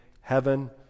heaven